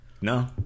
no